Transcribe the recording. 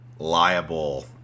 liable